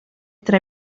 tra